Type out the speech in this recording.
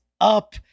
up